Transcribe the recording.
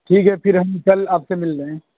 ٹھیک ہے پھر ہم کل آپ سے مل رہے ہیں